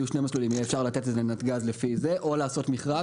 יהיה אפשר לתת את זה לנתג"ז לפי זה או לעשות מכרז.